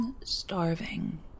starving